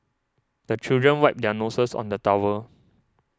the children wipe their noses on the towel